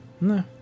no